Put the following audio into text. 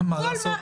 מה לעשות,